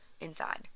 inside